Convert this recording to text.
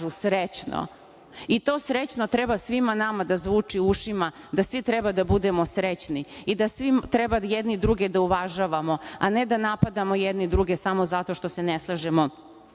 srećno. To „srećno“ treba svima nama da zvuči u ušima, da svi treba da budemo srećni i da svi treba jedni druge da uvažavamo, a ne da napadamo jedni druge, samo zato što se ne slažemo